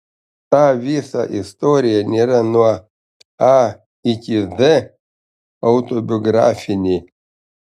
ta visa istorija nėra nuo a iki z autobiografinė